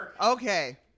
Okay